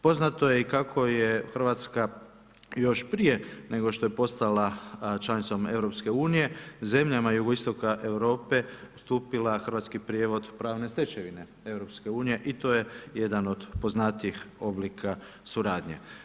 Poznato je kako je Hrvatska još prije nego što je postala članicom EU, zemljama jugoistoka Europe, stupila hrvatski prijevod pravne stečevine EU i to je jedan od poznatijih oblika suradnje.